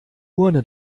urne